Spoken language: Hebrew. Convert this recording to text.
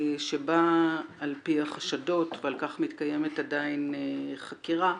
שבה על פי החשדות ועל כך מתקיימת עדיין חקירה,